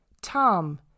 Tom